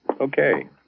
Okay